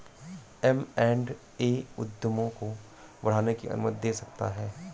M and A उद्यमों को बढ़ाने की अनुमति दे सकता है